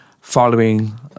following